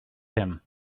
him